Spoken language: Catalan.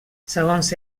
segons